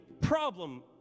problem